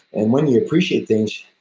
and when you appreciate things,